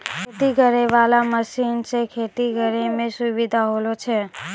खेती करै वाला मशीन से खेती करै मे सुबिधा होलो छै